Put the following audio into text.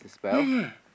ya ya